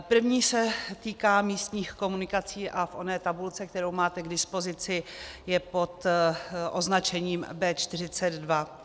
První se týká místních komunikací a v oné tabulce, kterou máte k dispozici, je pod označením B42.